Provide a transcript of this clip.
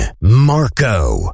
Marco